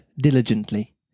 diligently